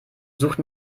sucht